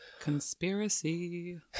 Conspiracy